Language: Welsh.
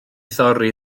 thorri